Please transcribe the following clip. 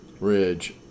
Ridge